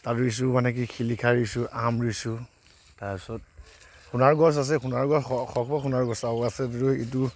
আৰু ৰুইছোঁ মানে কি শিলিখা ৰুইছোঁ আম ৰুইছোঁ তাৰপাছত সোণাৰু গছ আছে সোণাৰু শ শ সোণাৰু গছ আছে যদিও এইটো